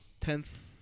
tenth